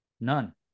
None